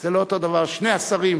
הרב משה יהושע הגר,